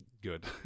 good